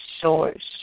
source